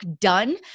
done